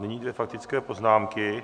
Nyní dvě faktické poznámky.